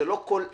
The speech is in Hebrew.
לא כל אולם.